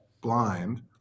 blind